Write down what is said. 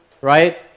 right